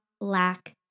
lack